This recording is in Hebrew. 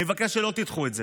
אני מבקש שלא תדחו את זה.